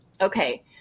Okay